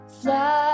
fly